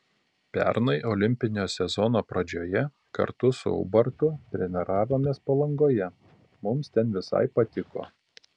pernai olimpinio sezono pradžioje kartu su ubartu treniravomės palangoje mums ten visai patiko